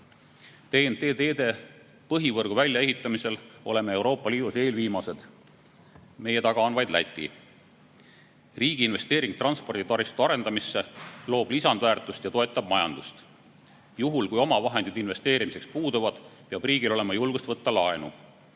TNT-teede põhivõrgu väljaehitamisel oleme Euroopa Liidus eelviimased, meie taga on vaid Läti. Riigi investeering transporditaristu arendamisse loob lisandväärtust ja toetab majandust. Juhul, kui oma vahendid investeerimiseks puuduvad, peab riigil olema julgust võtta laenu.